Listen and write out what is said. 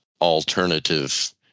alternative